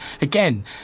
again